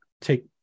take